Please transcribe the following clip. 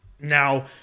Now